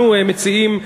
אנחנו מציעים,